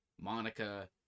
Monica